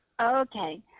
Okay